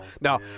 now